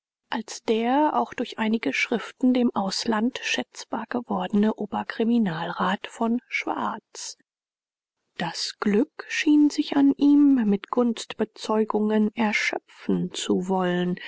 als der auch durch einige schriften dem ausland schätzbar gewordene oberkriminalrat von schwarz das glück schien sich an ihm mit gunstbezeugungen erschöpfen zu wollen